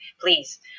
please